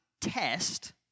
test